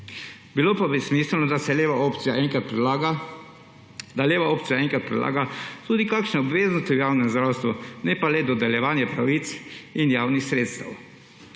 Bilo pa bi smiselno, da leva opcija enkrat predlaga tudi kakšne obveznosti v javnem zdravstvu, ne pa le dodeljevanja pravic in javnih sredstev.